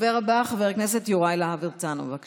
הדובר הבא, חבר הכנסת יוראי להב הרצנו, בבקשה.